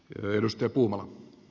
herra puhemies